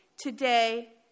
today